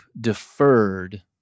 deferred